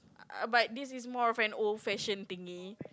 uh but this is more of an old fashion thingie